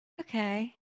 Okay